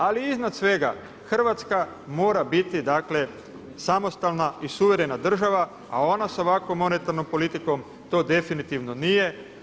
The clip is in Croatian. Ali iznad svega Hrvatska mora biti samostalna i suverena država, a ona sa ovakvom monetarnom politikom to definitivno nije.